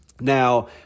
Now